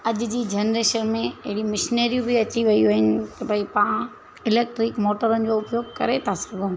अॼु जी जनरेशन में अहिड़ी मशीनरियूं बि अची वियूं आहिनि की भई पाण इलैक्ट्रिक मोटरनि जो उपयोग करे था सघूं